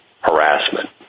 harassment